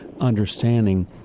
understanding